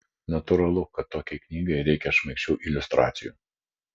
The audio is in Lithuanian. natūralu kad tokiai knygai reikia šmaikščių iliustracijų